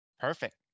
Perfect